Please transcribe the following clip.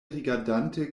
rigardante